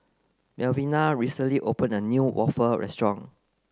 Melvina recently opened a new waffle restaurant